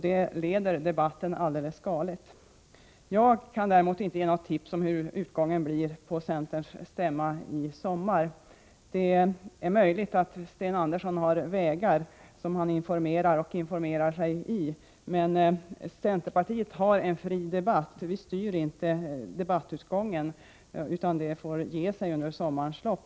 Det leder debatten åt helt galet håll. Jag kan inte ge något tips om hur utgången blir på centerns stämma i sommar. Det är möjligt att Sten Andersson har vägar för att informera och för att få information, men centerpartiet har en fri debatt och styr inte debattutgången, utan det får visa sig under sommarens lopp.